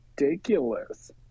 ridiculous